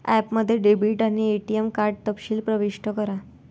ॲपमध्ये डेबिट आणि ATM card तपशील प्रविष्ट करा